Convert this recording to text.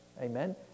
Amen